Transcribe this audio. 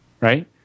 right